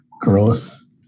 Gross